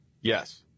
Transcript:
Yes